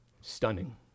Stunning